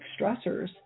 stressors